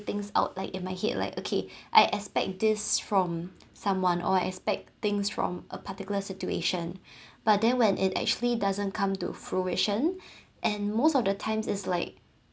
things out like in my head like okay I expect this from someone or I expect things from a particular situation but then when it actually doesn't come to fruition and most of the times is like